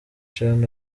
chan